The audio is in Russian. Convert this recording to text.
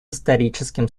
историческим